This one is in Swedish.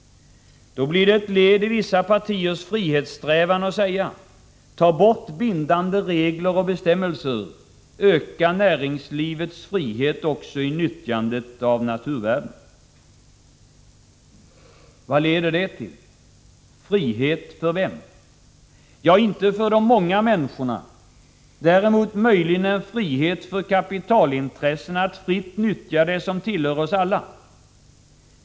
Då blir det ett led i vissa partiers frihetssträvan att säga: Ta bort bindande regler och bestämmelser! Öka näringslivets frihet också i nyttjandet av naturvärden! Vad leder det till? Frihet för vem? Ja, det blir inte frihet för de många människorna, däremot möjligen för kapitalintressena att fritt nyttja det som tillhör oss alla.